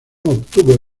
obtuvo